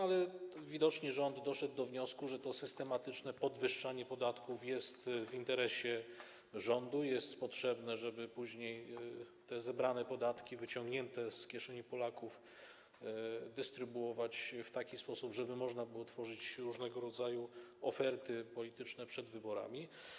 Ale widocznie rząd doszedł do wniosku, że to systematyczne podwyższanie podatków jest w interesie rządu, jest potrzebne, żeby później te zebrane podatki, wyciągnięte z kieszeni Polaków, dystrybuować w taki sposób, żeby można było tworzyć różnego rodzaju oferty polityczne przed wyborami.